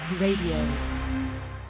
Radio